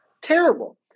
terrible